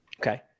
okay